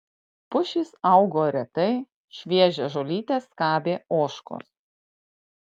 pušys augo retai šviežią žolytę skabė ožkos